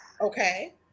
Okay